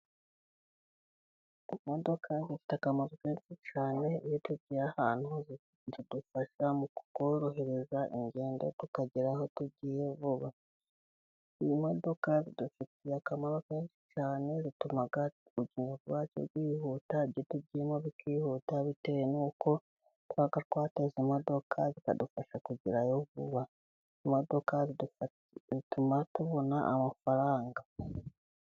Imodoka ifite akamaro kenshi cyane, iyo tugiye ahantu zidufasha mu kutworohereza ingendo tukageraho tugiye vuba, imodoka zidufitiye akamaro kenshi cyane zituma urugendo rwacu rwikihuta n'ibyo tugiyemo bikihuta, bitewe n'uko twateze imodoka bikadufasha kugerayo vuba, imodoka zituma tubona amafaranga.